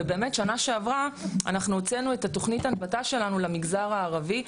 ובאמת שנה שעברה אנחנו הוצאנו את התוכנית הנבטה שלנו למגזר הערבי.